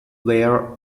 where